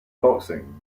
boxing